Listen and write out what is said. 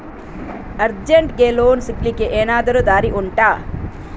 ಅರ್ಜೆಂಟ್ಗೆ ಲೋನ್ ಸಿಗ್ಲಿಕ್ಕೆ ಎನಾದರೂ ದಾರಿ ಉಂಟಾ